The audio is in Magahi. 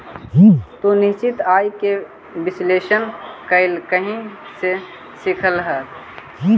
तू निश्चित आय के विश्लेषण कइला कहीं से सीखलऽ हल?